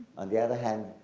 on the other hand,